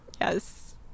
Yes